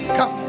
Come